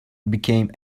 became